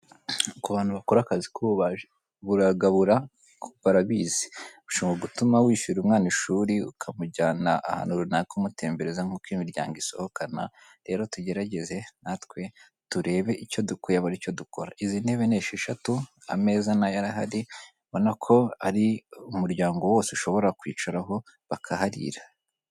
Ku bantu bakora akazi k'ububaji buragabura barabizi ushobora gutuma wishyura umwana ishuri ukamujyana ahantu runaka umutembereza nkuko' imiryango isohokana rero tugerageze natwe turebe icyo dukwiye buri cyo dukora izi ntebe ni esheshatu ameza nayo arahari ubona ko ari umuryango wose ushobora kwicaraho bakaharira.